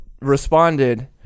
responded